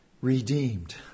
Redeemed